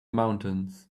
mountains